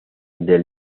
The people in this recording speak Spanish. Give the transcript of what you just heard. del